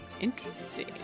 Interesting